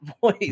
voice